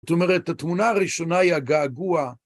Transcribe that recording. זאת אומרת, התמונה הראשונה היא הגעגוע.